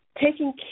taking